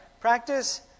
Practice